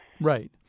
Right